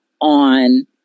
on